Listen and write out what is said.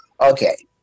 Okay